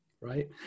Right